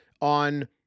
on